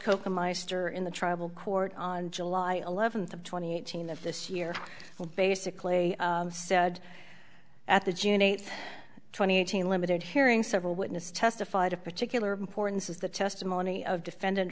coca meister in the tribal court on july eleventh of twenty eighteen of this year will basically said at the june eighth twenty eighteen limited hearing several witnesses testified of particular importance is the testimony of defend